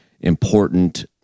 important